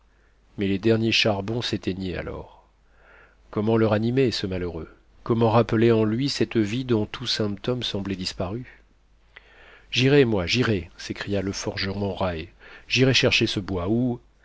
mais les derniers charbons s'éteignaient alors comment le ranimer ce malheureux comment rappeler en lui cette vie dont tout symptôme semblait disparu j'irai moi j'irai s'écria le forgeron rae j'irai chercher ce bois ou